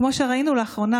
כמו שראינו לאחרונה,